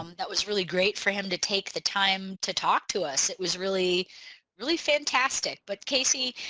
um that was really great for him to take the time to talk to us. it was really really fantastic. but casey,